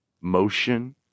motion